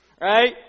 right